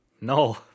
No